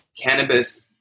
cannabis